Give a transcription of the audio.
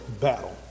battle